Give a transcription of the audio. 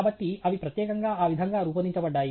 కాబట్టి అవి ప్రత్యేకంగా ఆ విధంగా రూపొందించబడ్డాయి